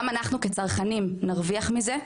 גם אנחנו כצרכנים נרוויח מזה,